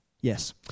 Yes